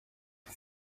ibi